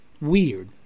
weird